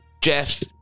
Jeff